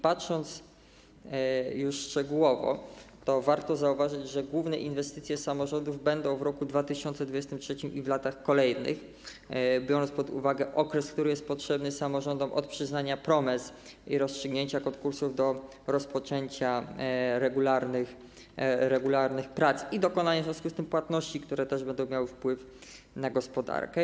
Patrząc na to już szczegółowo, warto zauważyć, że główne inwestycje samorządów będą w roku 2023 r. i w latach kolejnych, biorąc pod uwagę okres, który jest potrzebny samorządom od przyznania promes i rozstrzygnięcia konkursów do rozpoczęcia regularnych prac i dokonania w związku z tym płatności, które też będą miały wpływ na gospodarkę.